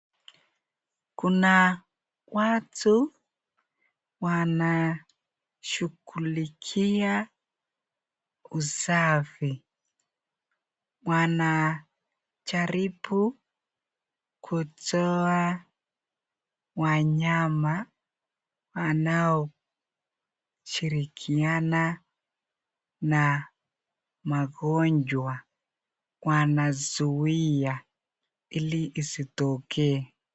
Kuna watu wanaoshughulikia usafi. Wanajaribu kutoa wanyama wanaoshirikiana na magonjwa wanazuia ili isitokee.